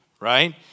right